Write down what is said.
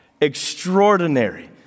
Extraordinary